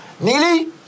Neely